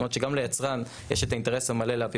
זאת אומרת שגם ליצרן יש את האינטרס המלא להביא